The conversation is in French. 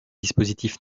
dispositif